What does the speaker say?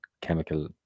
chemical